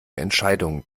entscheidungen